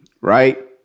right